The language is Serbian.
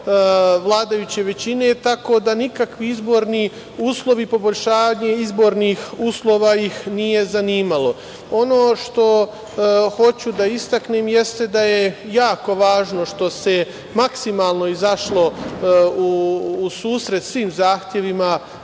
vladajuće većine i tako da nikakvi izborni uslovi, poboljšanje izbornih uslova ih nije zanimalo. Ono što hoću da istaknem jeste da je jako važno što se maksimalno izašlo u susret svim zahtevima